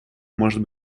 может